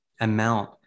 amount